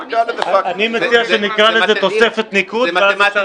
אני מציע שנקרא לזה תוספת ניקוד, ואז אפשר